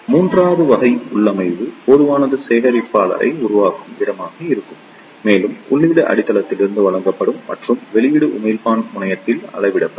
மூன்றாவது வகை உள்ளமைவு பொதுவான சேகரிப்பாளரை உருவாக்கும் இடமாக இருக்கும் மேலும் உள்ளீடு அடித்தளத்திற்கு வழங்கப்படும் மற்றும் வெளியீடு உமிழ்ப்பான் முனையத்தில் அளவிடப்படும்